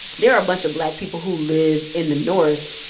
there are a bunch of black people who live in the north,